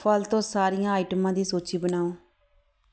ਫ਼ਲ ਤੋਂ ਸਾਰੀਆਂ ਆਈਟਮਾਂ ਦੀ ਸੂਚੀ ਬਣਾਓ